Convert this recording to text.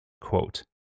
Quote